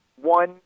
one